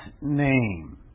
name